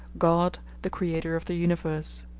god, the creator of the universe.